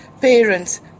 parents